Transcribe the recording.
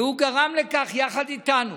והוא גרם לכך, יחד איתנו,